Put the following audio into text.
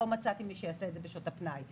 לא מצאתי מי שיעשה את זה בשעות הפנאי,